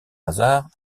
hasard